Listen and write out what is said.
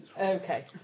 Okay